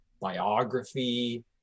biography